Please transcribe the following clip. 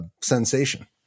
sensation